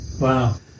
Wow